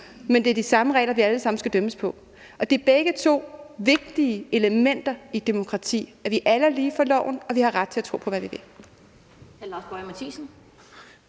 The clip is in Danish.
men det er de samme regler, vi alle sammen skal dømmes efter. Og det er begge to vigtige elementer i et demokrati, altså at vi alle er lige for loven, og at vi har ret til at tro på, hvad vi vil.